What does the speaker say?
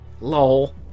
LOL